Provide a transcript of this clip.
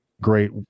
great